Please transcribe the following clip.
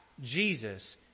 Jesus